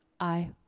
i.